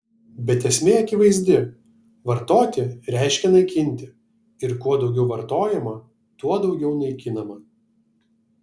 bet esmė akivaizdi vartoti reiškia naikinti ir kuo daugiau vartojama tuo daugiau naikinama